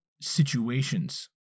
situations